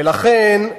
ולכן,